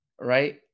Right